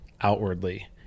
outwardly